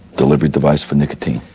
delivery device for nicotine.